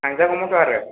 थांजागौमोनथ' आरो